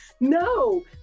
no